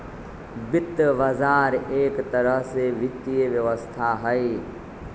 वित्त बजार एक तरह से वित्तीय व्यवस्था हई